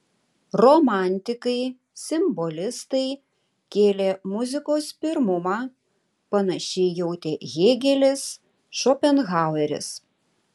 romantikai simbolistai kėlė muzikos pirmumą panašiai jautė hėgelis šopenhaueris